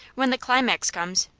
when the climax comes,